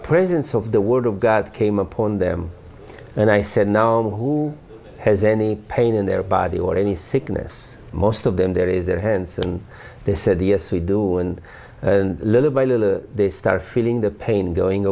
presence of the word of god came upon them and i said now who has any pain in their body or any sickness most of them there is their hands and they said yes we do and little by little they start feeling the pain going